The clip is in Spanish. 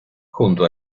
junto